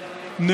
תתבייש.